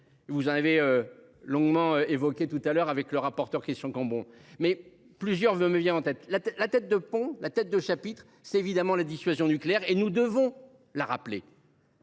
Vous en avez. Longuement évoqué tout à l'heure avec le rapporteur Christian Cambon mais plusieurs veut me vient en tête la la tête de pont. La tête de chapitre, c'est évidemment la dissuasion nucléaire et nous devons la rappeler.